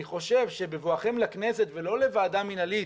אני חושב שבבואכם לכנסת, ולא לוועדה מנהלית